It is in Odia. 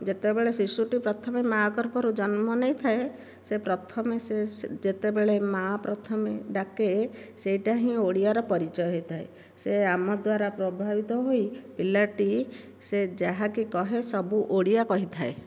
ଯେତେବେଳେ ଶିଶୁଟି ପ୍ରଥମେ ମା ଗର୍ଭରୁ ଜନ୍ମ ନେଇଥାଏ ସେ ପ୍ରଥମେ ସେ ଯେତେବେଳେ ମା ପ୍ରଥମେ ଡାକେ ସେଇଟାହିଁ ଓଡ଼ିଆର ପରିଚୟ ହୋଇଥାଏ ସେ ଆମ ଦ୍ୱାରା ପ୍ରଭାବିତ ହୋଇ ପିଲାଟି ସେ ଯାହାକି କହେ ସବୁ ଓଡ଼ିଆ କହିଥାଏ